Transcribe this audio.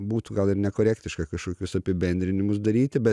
būtų gal ir nekorektiška kažkokius apibendrinimus daryti bet